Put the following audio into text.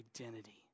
identity